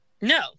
No